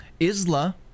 Isla